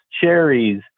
cherries